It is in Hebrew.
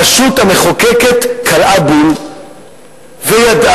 הרשות המחוקקת קלעה בול וידעה.